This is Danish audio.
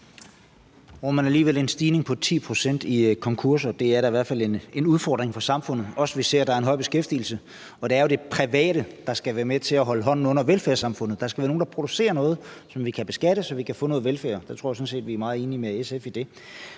men det er alligevel en stigning på 10 pct. i konkurser, og det er da i hvert fald en udfordring for samfundet. Og vi ser, at der er en høj beskæftigelse, og det er jo det private, der skal være med til at holde hånden under velfærdssamfundet. Der skal være nogle, der producerer noget, som vi kan beskatte, så vi kan få noget velfærd. Jeg tror sådan set, vi er meget enige med SF i det.